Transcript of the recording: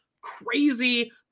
crazy